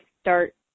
start